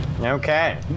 Okay